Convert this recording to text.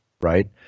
right